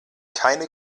keine